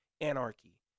anarchy